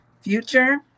future